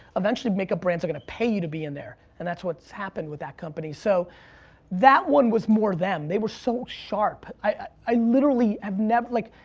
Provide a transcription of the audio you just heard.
eventually makeup brands are gonna pay you to be in there. and that's what's happened with that company. so that one was more them, they were so sharp. i literally have never. like